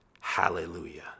Hallelujah